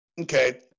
Okay